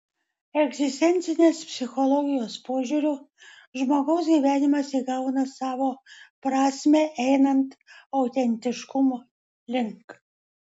egzistencinės psichologijos požiūriu žmogaus gyvenimas įgauna savo prasmę einant autentiškumo link